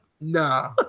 Nah